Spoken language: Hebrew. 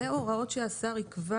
אלה הוראות שהשר יקבע.